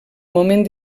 moment